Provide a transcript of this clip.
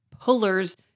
pullers